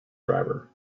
driver